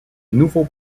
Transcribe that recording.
nouveau